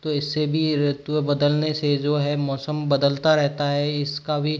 तो इससे भी ऋतुएँ बदलने से ये जो है मौसम बदलता रहता है इसका भी